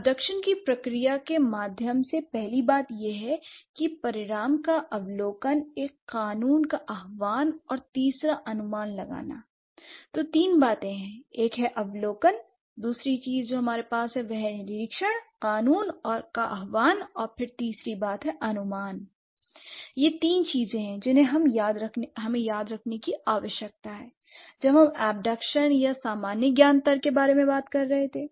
abduction की प्रक्रिया के माध्यम से पहली बात यह है कि परिणाम का अवलोकन एक कानून का आह्वान और तीसरा अनुमान लगाना l तो तीन बातें एक है अवलोकन दूसरी चीज जो हमारे पास है वह है निरीक्षण कानून का आह्वान और फिर तीसरी बात है अनुमान l ये तीन चीजें हैं जिन्हें हमें याद रखने की आवश्यकता है जब हम अबडकशन या सामान्य ज्ञान तर्क के बारे में बात कर रहे थे